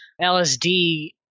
LSD